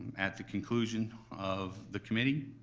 at the conclusion of the committee,